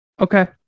Okay